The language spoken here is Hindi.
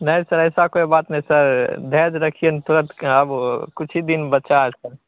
नहीं सर ऐसी कोई बात नहीं सर धैर्य रखिए न तुरंत क अब कुछ ही दिन बचे हैं सर